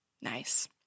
Nice